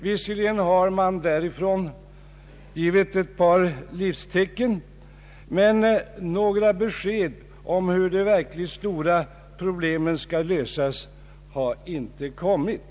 Visserligen har man därifrån givit ett par livstecken, men några besked om hur de verkligt stora problemen skall lösas har inte givits.